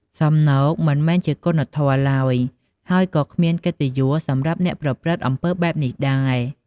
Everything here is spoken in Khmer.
សំណូកមិនមែនជាគុណធម៌ឡើយ ហើយក៏គ្មានកិត្តិយសសម្រាប់អ្នកប្រព្រឹត្តអំពើបែបនេះដែរ។